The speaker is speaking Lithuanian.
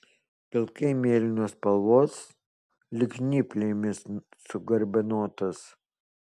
pilkai mėlynos spalvos lyg žnyplėmis sugarbanotas